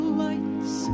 lights